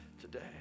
today